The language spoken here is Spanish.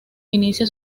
inicia